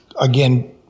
again